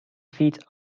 feet